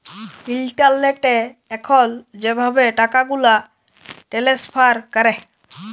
ইলটারলেটে এখল যেভাবে টাকাগুলা টেলেস্ফার ক্যরে